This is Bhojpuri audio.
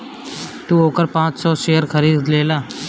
तू ओकर पाँच सौ शेयर खरीद लेला